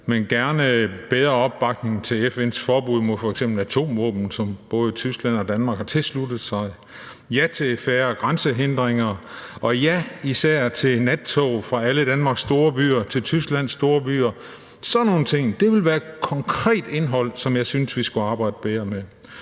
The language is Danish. Men gerne bedre opbakning til FN's forbud mod f.eks. atomvåben, som både Tyskland og Danmark har tilsluttet sig. Ja til færre grænsehindringer, og ja til især nattog fra alle Danmarks store byer til Tysklands store byer. Sådan nogle ting vil have et konkret indhold, som jeg synes vi skulle arbejde bedre med.